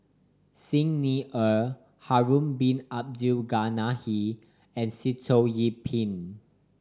Xi Ni Er Harun Bin Abdul Ghani and Sitoh Yih Pin